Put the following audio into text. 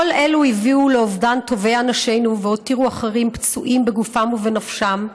כל אלו הביאו לאובדן טובי אנשינו והותירו אחרים פצועים בגופם ובנפשם.